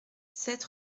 sept